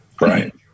Right